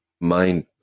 mind